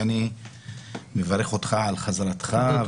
אני מברך אותך על חזרתך -- תודה.